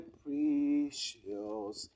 precious